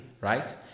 right